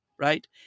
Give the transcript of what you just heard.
Right